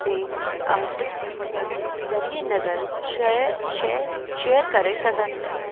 ते आटमगन ज़रिए नज़र शइ शै शेअर करे सघनि था